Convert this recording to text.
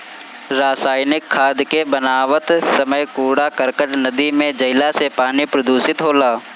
रासायनिक खाद के बनावत समय कूड़ा करकट नदी में जईला से पानी प्रदूषित होला